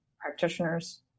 practitioners